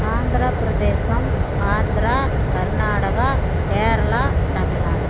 Andhra Pradesh Andhra Karnataka Kerala Tamil Nadu